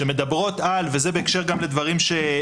וזה בהקשר גם לדבריך,